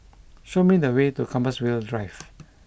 show me the way to Compassvale Drive